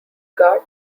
guard